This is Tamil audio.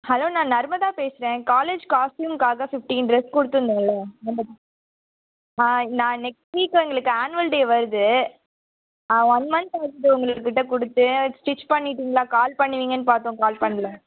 ஹலோ நான் நர்மதா பேசுகிறன் காலேஜ் காஸ்ட்டியூம்க்காக பிஃப்டின் டிரெஸ் கொடுத்துருந்தோல ஆ நான் நெக்ஸ்ட் வீக் எங்களுக்கு ஆண்வல் டே வருது ஆ ஒன் மந்த் ஆகுது உங்கள் கிட்டே கொடுத்து ஸ்டிச் பண்ணிவிட்டிங்ளா கால் பண்ணுவீங்கன்னு பார்த்தோம் கால் பண்ணல